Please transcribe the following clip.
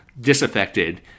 disaffected